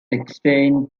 eckstein